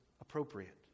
appropriate